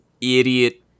idiot